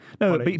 No